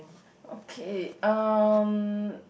okay um